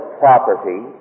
property